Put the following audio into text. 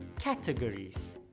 categories